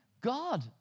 God